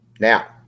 Now